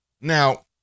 Now